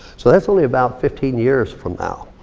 so that's only about fifteen years from now.